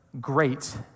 great